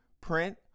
print